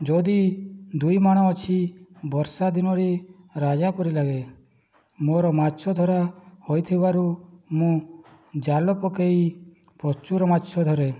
ଯଦି ଦୁଇ ମାଣ ଅଛି ବର୍ଷା ଦିନରେ ରାଜା ପରି ଲାଗେ ମୋ'ର ମାଛ ଧରା ହୋଇଥିବାରୁ ମୁଁ ଜାଲ ପକେଇ ପ୍ରଚୁର ମାଛ ଧରେ